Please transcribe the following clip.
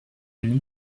and